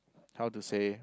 how to say